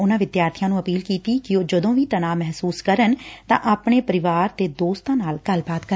ਉਨਾਂ ਵਿਦਿਆਰਥੀਆਂ ਨੂੰ ਅਪੀਲ ਕੀਤੀ ਕਿ ਉਹ ਜਦੋਂ ਵੀ ਤਣਾਅ ਮਹਿਸੁਸ ਕਰਨ ਤਾਂ ਆਪਣੇ ਪਰਿਵਾਰ ਤੇ ਦੋਸਤਾਂ ਨਾਲ ਗੱਲਬਾਤ ਕਰਨ